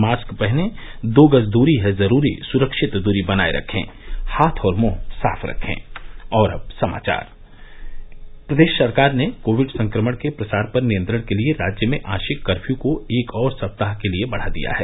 mask पहनें दो गज दूरी है जरूरी सुरक्षित दूरी बनाये रखें हाथ और मुंह साफ रखे प्रदेश सरकार ने कोविड संक्रमण के प्रसार पर नियंत्रण के लिये राज्य में आशिक कर्फ्यू को एक और सप्ताह के लिए बढा दिया है